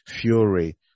Fury